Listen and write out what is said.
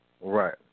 Right